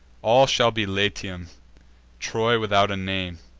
all shall be latium troy without a name